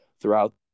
throughout